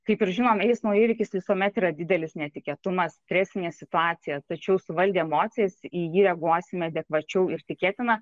kaip ir žinom eismo įvykis visuomet yra didelis netikėtumas stresinė situacija tačiau suvaldę emocijas į jį reaguosime adekvačiau ir tikėtina